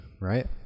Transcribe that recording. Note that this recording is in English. right